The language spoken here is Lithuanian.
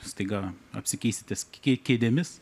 staiga apsikeisite kė kėdėmis